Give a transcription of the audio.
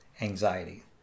anxiety